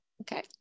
Okay